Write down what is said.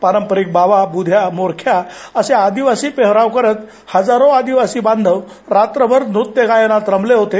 पारंपरीक बावा बुध्या मोरख्या असे आदिवासी पेहराव करत हजारो आदिवासी बांधव रात्रभर नृत्य गायनात रमले होते